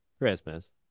Christmas